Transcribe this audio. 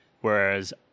Whereas